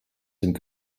sind